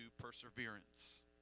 perseverance